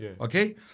Okay